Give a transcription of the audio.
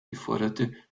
geforderte